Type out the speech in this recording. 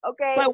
Okay